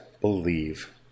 believe